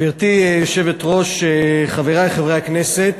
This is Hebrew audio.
גברתי היושבת-ראש, חברי חברי הכנסת,